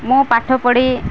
ମୁଁ ପାଠ ପଢ଼ି